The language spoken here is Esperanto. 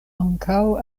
ankaŭ